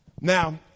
Now